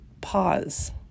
pause